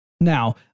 Now